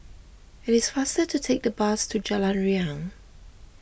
it is faster to take the bus to Jalan Riang